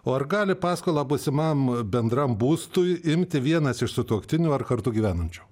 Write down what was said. o ar gali paskolą būsimam bendram būstui imti vienas iš sutuoktinių ar kartu gyvenančių